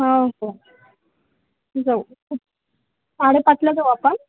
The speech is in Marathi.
हो हो जाऊ साडेपाचला जाऊ आपण